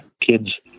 kids